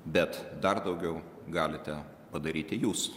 bet dar daugiau galite padaryti jūs